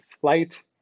flight